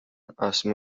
esmu